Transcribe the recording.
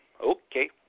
Okay